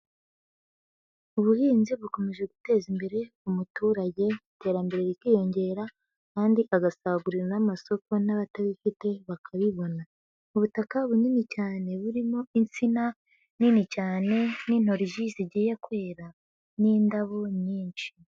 Ubuhinzi bukomeje guteza imbere umuturage iterambere rikiyongera kandi agasagurira n'amasoko n'abatabifite bakabibona, ubutaka bunini cyane burimo insina nini cyane n'intorizi zigiye kwera n'indabo nyinshi.